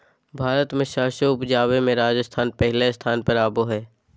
भारत मे सरसों उपजावे मे राजस्थान पहिल स्थान पर आवो हय